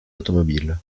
automobile